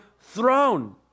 throne